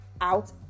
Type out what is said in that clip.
out